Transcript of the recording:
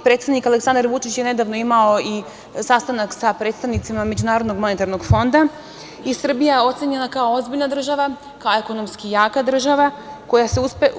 Predsednik Aleksandar Vučić je nedavno imao i sastanak sa predstavnicima MMF-a i Srbija je ocenjena kao ozbiljna država, kao ekonomski jaka država,